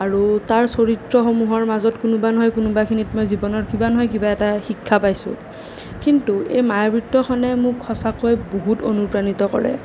আৰু তাৰ চৰিত্ৰসমূহৰ মাজত কোনোবা নহয় কোনোবাখিনিত মই জীৱনৰ কিবা নহয় কিবা শিক্ষা পাইছোঁ কিন্তু এই মায়াবৃত্তখনে মোক সঁচাকৈয়ে বহুত অনুপ্ৰাণিত কৰে